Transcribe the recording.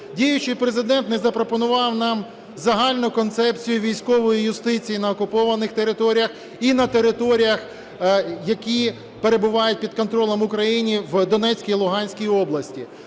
Діючий Президент не запропонував нам загальну концепцію військової юстиції на окупованих територіях і на територіях, які перебувають під контролем України в Донецькій, Луганській області.